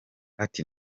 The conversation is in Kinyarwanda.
ati